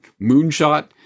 moonshot